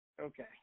Okay